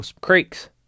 creeks